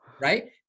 Right